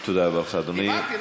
דיברתי.